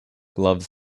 gloves